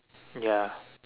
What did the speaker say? ya